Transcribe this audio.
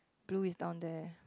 blue is down there